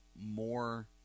more